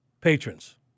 patrons